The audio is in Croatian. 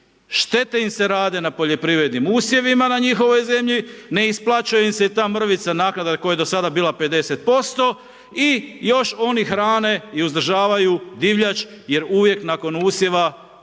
štete im se rade na poljoprivrednim usjevima na njihovoj zemlji, ne isplaćuje im se ta mrvica, naknada koja je do sada bila 50% i još oni hrane i uzdržavaju divljač jer uvijek nakon usjeva